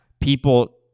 people